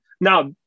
Now